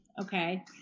Okay